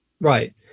right